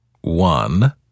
One